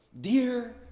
dear